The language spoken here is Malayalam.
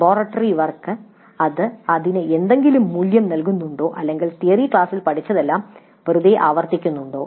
ലബോറട്ടറി വർക്ക് അത് അതിന് എന്തെങ്കിലും മൂല്യം നൽകുന്നുണ്ടോ അല്ലെങ്കിൽ തിയറി ക്ലാസ്സിൽ പഠിച്ചതെല്ലാം വെറുതേ ആവർത്തിക്കുന്നുണ്ടോ